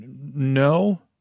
No